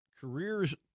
careers